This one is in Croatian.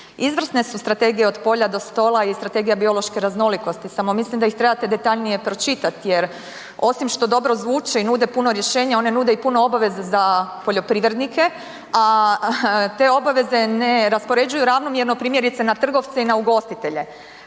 Izvrsne su Strategije od polja do stola i Strategija biološke raznolikosti, samo mislim da ih trebate detaljnije pročitat jer osim što dobro zvuče i nude puno rješenja one nude i puno obveza za poljoprivrednike, a te obaveze ne raspoređuju ravnomjerno, primjerice na trgovce i ugostitelje.